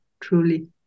truly